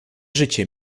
życie